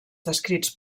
descrits